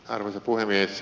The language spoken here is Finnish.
arvoisa puhemies